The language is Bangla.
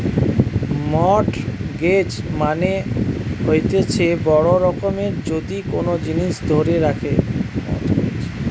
মর্টগেজ মানে হতিছে বড় রকমের যদি কোন জিনিস ধরে রাখে